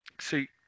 See